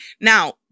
Now